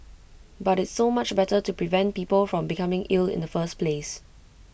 but it's so much better to prevent people from becoming ill in the first place